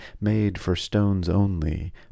made-for-stones-only